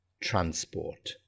transport